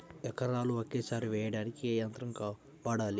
ఎకరాలు ఒకేసారి వేయడానికి ఏ యంత్రం వాడాలి?